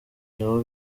nabo